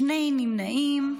שני נמנעים.